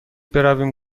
برویم